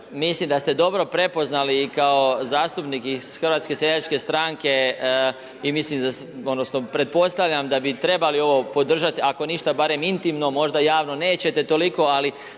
mislim da ste dobro prepoznali i kao zastupnike iz HSS-a i mislim odnosno pretpostavljam da bi trebali ovo podržati ako ništa barem intimno možda javno nećete toliko ali